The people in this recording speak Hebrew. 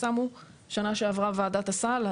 שנה שעברה וועדת הסל,